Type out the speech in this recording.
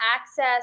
access